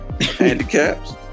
handicaps